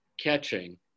catching